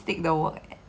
and maybe